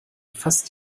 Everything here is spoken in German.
fast